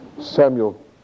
Samuel